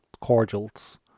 cordials